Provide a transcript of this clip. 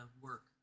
work